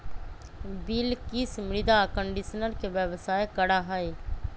बिलकिश मृदा कंडीशनर के व्यवसाय करा हई